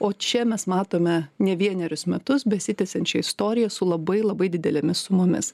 o čia mes matome ne vienerius metus besitęsiančią istoriją su labai labai didelėmis sumomis